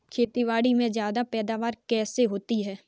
खेतीबाड़ी में ज्यादा पैदावार कैसे होती है?